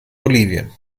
bolivien